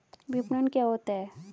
विपणन क्या होता है?